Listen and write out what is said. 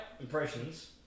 impressions